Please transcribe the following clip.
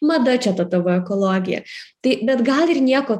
mada čia ta tavo ekologija tai bet gal ir nieko